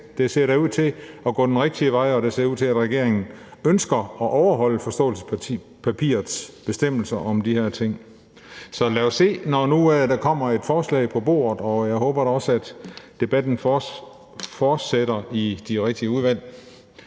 det ser da ud til at gå den rigtige vej, og det ser ud til, at regeringen ønsker at overholde forståelsespapirets bestemmelser om de her ting. Så lad os se, når nu der kommer et forslag på bordet. Og jeg håber da også, at debatten fortsætter i de rigtige udvalg,